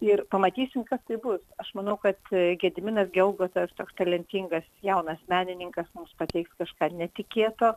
ir pamatysim kas tai bus aš manau kad gediminas gelgotas toks talentingas jaunas menininkas mums pateiks kažką netikėto